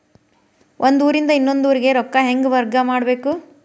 ಒಂದ್ ಊರಿಂದ ಇನ್ನೊಂದ ಊರಿಗೆ ರೊಕ್ಕಾ ಹೆಂಗ್ ವರ್ಗಾ ಮಾಡ್ಬೇಕು?